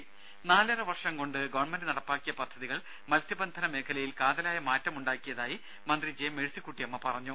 ദ്ദേ നാലര വർഷം കൊണ്ട് ഗവൺമെന്റ് നടപ്പിലാക്കിയ പദ്ധതികൾ മത്സ്യബന്ധന മേഖലയിൽ കാതലായ മാറ്റം ഉണ്ടാക്കിയതായി മന്ത്രി ജെ മേഴ്സിക്കുട്ടിയമ്മ പറഞ്ഞു